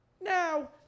Now